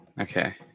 Okay